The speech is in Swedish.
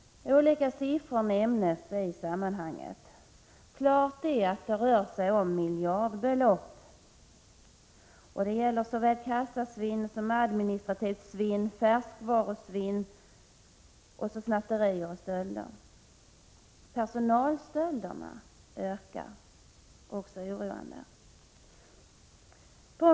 Olika siffror nämns i sammanhanget. Klart är att det rör sig om miljardbelopp, och det gäller såväl kassasvinn, administrativt svinn och färskvarusvinn som snatterier och stölder. Personalstölderna ökar också på ett oroande sätt.